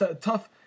tough